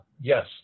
Yes